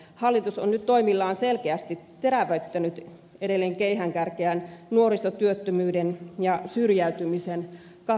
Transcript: hallitus on nyt toimillaan selkeästi terävöittänyt edelleen keihäänkärkeään nuorisotyöttömyyden ja syrjäytymisen katkaisussa